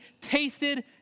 tasted